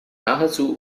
nahezu